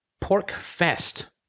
Porkfest